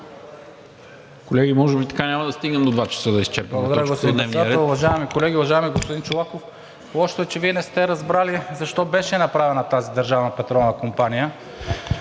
Колеги, може би така няма да стигнем до 14,00 часа да изчерпим точката